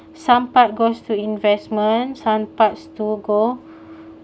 some part goes to investment some parts to go